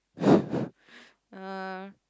uh